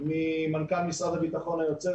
ממנכ"ל משרד הביטחון היוצא,